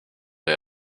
der